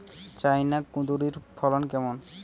China কুঁদরীর ফলন কেমন?